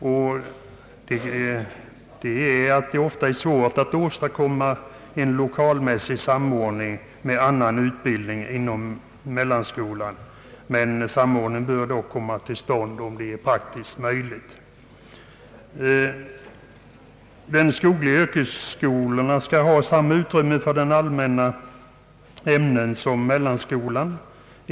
Det är ofta svårt att åstadkomma en lokalmässig samordning med annan utbildning inom mellanskolan, men samordning bör komma till stånd om det är praktiskt möjligt. De skogliga yrkesskolorna skall ha samma utrymme för allmänna ämnen som mellanskolan.